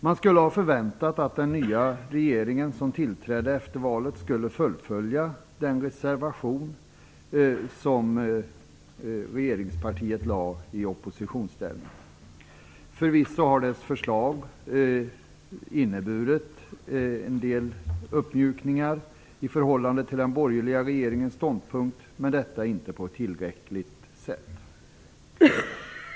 Man kunde ha förväntat sig att den nya regeringen som tillträdde efter valet skulle fullfölja den reservation som partiet hade lagt fram i oppositionsställning. Förvisso innehåller förslaget en del uppmjukningar i förhållande till den borgerliga regeringens ståndpunkt, men detta är inte tillräckligt.